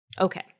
Okay